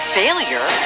failure